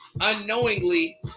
Unknowingly